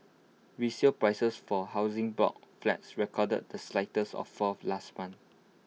resale prices for Housing Board flats recorded the slightest of falls last month